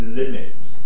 limits